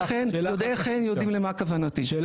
יודעי חן יודעים למה כוונתי.